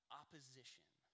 opposition